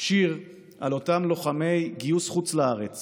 שיר על לוחמי גיוס חוץ לארץ